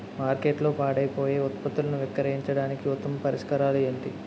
మార్కెట్లో పాడైపోయే ఉత్పత్తులను విక్రయించడానికి ఉత్తమ పరిష్కారాలు ఏంటి?